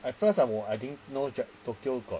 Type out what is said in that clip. at first I 我 didn't know jap~ tokyo got